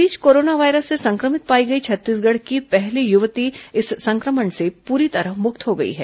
इस बीच corona virus से संक्रमित पाई गई छत्तीसगढ़ की पहली युवती इस संक्रमण से पूरी तरह मुक्त हो गई है